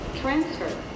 Transfer